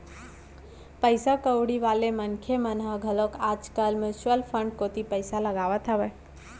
पइसा कउड़ी वाले मनखे मन ह घलोक आज कल म्युचुअल फंड कोती पइसा लगात हावय